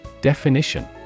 Definition